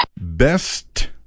Best